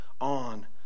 on